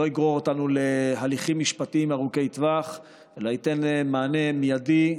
לא יגרור אותנו להליכים משפטיים ארוכי טווח אלא ייתן מענה מיידי,